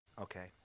Okay